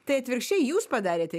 tai atvirkščiai jūs padarėte